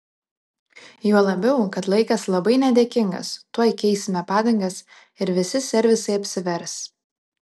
juo labiau kad laikas labai nedėkingas tuoj keisime padangas ir visi servisai apsivers